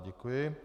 Děkuji.